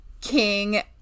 king